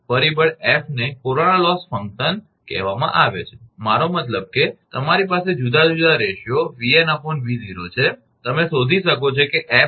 તેથી પરિબળ 𝐹 ને કોરોના લોસ ફંક્શન કહેવામાં આવે છે મારો મતલબ કે તમારી પાસે જુદા જુદા રેશિયો 𝑉𝑛 𝑉0 છે તમે શોધી શકો છો કે 𝐹 શું છે